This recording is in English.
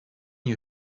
you